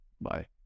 Bye